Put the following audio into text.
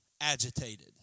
agitated